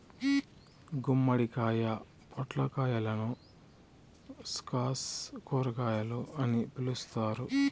గుమ్మడికాయ, పొట్లకాయలను స్క్వాష్ కూరగాయలు అని పిలుత్తారు